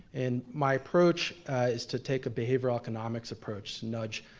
and my approach is to take a behavioral economics approach, nudge